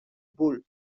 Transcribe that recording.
bull